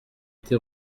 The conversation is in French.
été